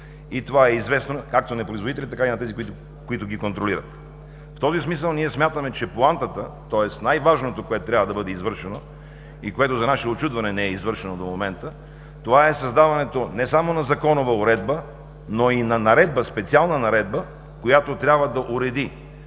и това е известно както на производителите, така и на тези, които ги контролират. В този смисъл ние смятаме, че поантата, тоест най-важното, което трябва да бъде извършено и което за наше учудване не е извършено до момента, е създаването не само на законова уредба, но и на специална наредба, която трябва да уреди,